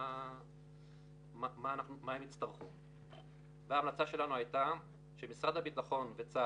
(שקף 12) ההמלצה שלנו הייתה שמשרד הביטחון בשיתוף